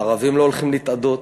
הערבים לא הולכים להתאדות,